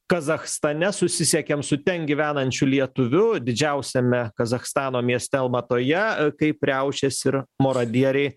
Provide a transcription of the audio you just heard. kazachstane susisiekėm su ten gyvenančiu lietuviu didžiausiame kazachstano mieste almatoje kaip riaušės ir moradieriai